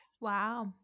Wow